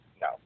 no